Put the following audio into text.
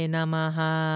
Namaha